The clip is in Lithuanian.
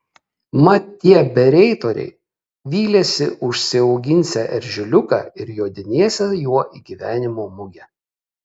mat tie bereitoriai vylėsi užsiauginsią eržiliuką ir jodinėsią juo į gyvenimo mugę